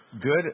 Good